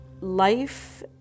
life